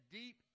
deep